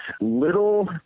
little